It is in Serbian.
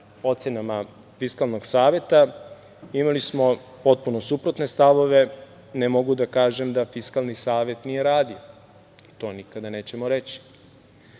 ocenama Fiskalnog saveta, imali smo potpuno suprotne stavove, ne mogu da kažem da Fiskalni savet nije radio. To nećemo reći. Sa